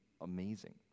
amazing